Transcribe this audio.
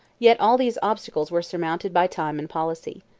yet all these obstacles were surmounted by time and policy.